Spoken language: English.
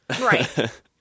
Right